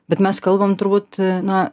bet mes kalbam turbūt na